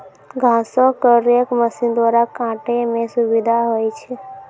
घासो क रेक मसीन द्वारा काटै म सुविधा होय छै